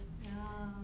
ya